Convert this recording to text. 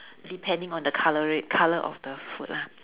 depending on the colouri~ colour of the food lah